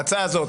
ההצעה הזאת,